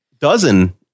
Dozen